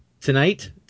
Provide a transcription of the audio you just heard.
tonight